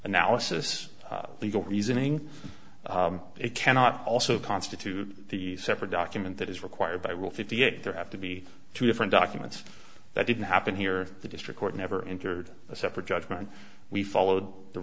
analysis legal reasoning it cannot also constitute the separate document that is required by will fifty eight there have to be two different documents that didn't happen here the district court never entered a separate judgment we followed the